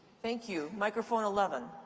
thank you. microphone eleven.